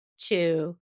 two